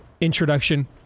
introduction